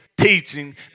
teaching